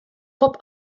pop